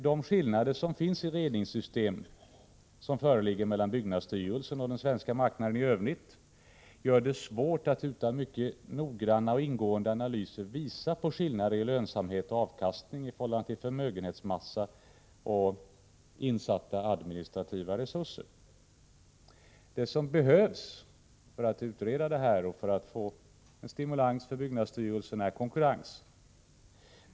De skillnader som finns i fråga om ledningssystem mellan byggnadsstyrelsen och den svenska marknaden i övrigt gör det svårt att utan mycket noggranna och ingående analyser visa på skillnader i lönsamhet och avkastning i förhållande till förmögenhetsmassa och insatta administrativa resurser. Det som behövs för att reda ut detta och för att få en stimulans för byggnadsstyrelsen är konkurrens.